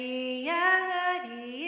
reality